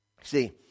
See